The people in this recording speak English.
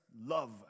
love